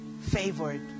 favored